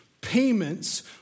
payments